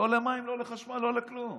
לא למים, לא לחשמל, לא לכלום.